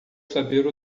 saber